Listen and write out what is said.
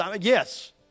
Yes